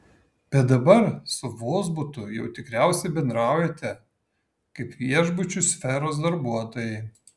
bet dabar su vozbutu jau tikriausiai bendraujate kaip viešbučių sferos darbuotojai